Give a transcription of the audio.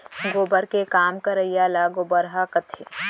गोबर के काम करइया ल गोबरहा कथें